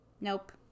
nope